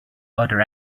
other